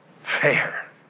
fair